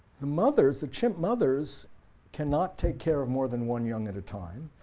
the mothers, the chimp mothers cannot take care of more than one young at a time.